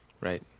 Right